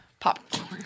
Popcorn